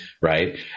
right